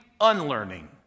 unlearning